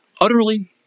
utterly